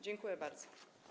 Dziękuję bardzo.